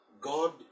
God